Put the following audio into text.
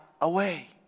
away